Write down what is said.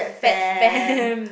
fat fam